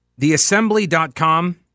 Theassembly.com